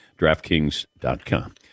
DraftKings.com